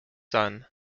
son